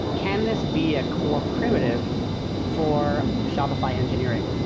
can this be a core primitive for shopify engineering?